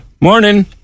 morning